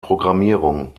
programmierung